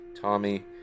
Tommy